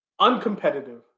uncompetitive